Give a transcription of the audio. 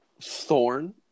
thorn